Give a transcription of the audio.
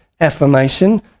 affirmation